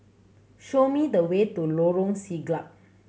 show me the way to Lorong Siglap